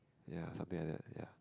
ya something like that ya